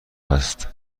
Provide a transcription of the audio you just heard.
هست